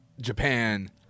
Japan